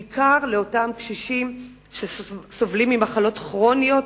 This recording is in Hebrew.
בעיקר לאותם קשישים שסובלים ממחלות כרוניות